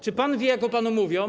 Czy pan wie, jak o panu mówią?